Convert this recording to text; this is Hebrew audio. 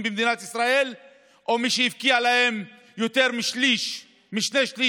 במדינת ישראל או מי שהפקיע להם יותר משני שלישים